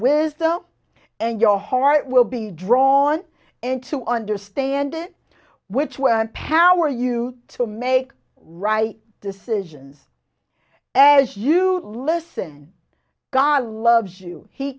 wisdom and your heart will be drawn and to understand it which when power you to make right decisions as you listen god loves you he